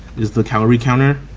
is the calorie counter.